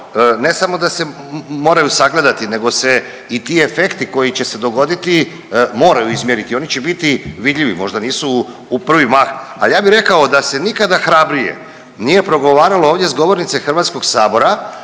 ne samo da se moraju sagledati nego se i ti efekti koji će se dogoditi moraju izmjeriti, oni će biti vidljivi, možda nisu u prvi mah, al ja bi rekao da se nikada hrabrije nije progovaralo ovdje s govornice HS nego sada